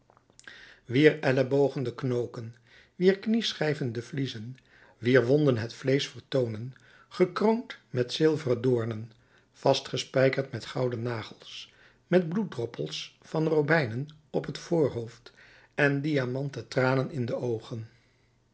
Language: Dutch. wier ellebogen de knoken wier knieschijven de vliezen wier wonden het vleesch vertoonen gekroond met zilveren doornen vast gespijkerd met gouden nagels met bloeddroppels van robijnen op het voorhoofd en diamanten tranen in de oogen